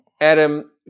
Adam